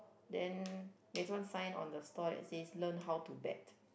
then there's one sign on the store that says learn how to bet